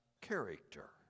character